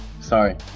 Sorry